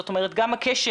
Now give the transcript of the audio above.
זאת אומרת גם הרצף,